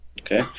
Okay